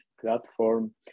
platform